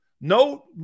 No